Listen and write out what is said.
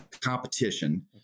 competition